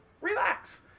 relax